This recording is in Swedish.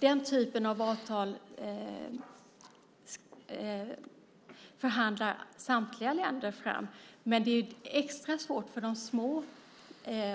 Den typen av avtal förhandlar samtliga länder fram. Det är extra svårt för de små